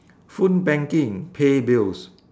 phone banking pay bills